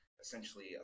essentially